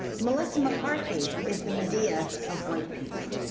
melissa mccarthy is the medea of white people.